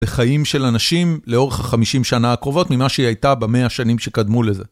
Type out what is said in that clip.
לחיים של אנשים לאורך ה50 שנה הקרובות ממה שהיא הייתה במאה השנים שקדמו לזה.